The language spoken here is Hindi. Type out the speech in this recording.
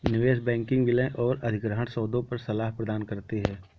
निवेश बैंकिंग विलय और अधिग्रहण सौदों पर सलाह प्रदान करती है